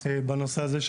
בנושא הזה.